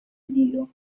dio